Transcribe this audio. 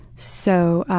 so